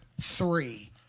three